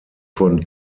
von